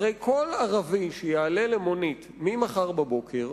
הרי כל ערבי שיעלה למונית ממחר בבוקר,